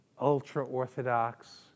ultra-orthodox